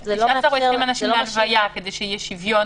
זה 19 או 20 אנשים בהלוויה כדי שיהיה שוויון